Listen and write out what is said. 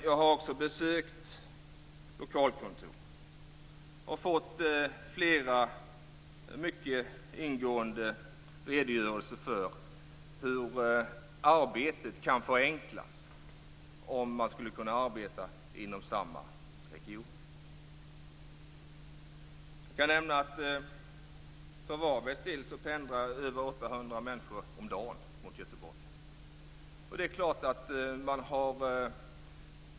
Jag har besökt lokalkontoren och fått flera mycket ingående redogörelser för hur arbetet skulle förenklas om man skulle kunna arbeta inom samma region. Jag kan nämna för Varbergs del att över 800 människor pendlar dagligen mot Göteborg.